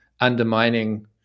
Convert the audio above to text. undermining